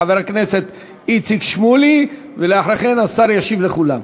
חבר הכנסת איציק שמולי, ואחרי כן השר ישיב לכולם.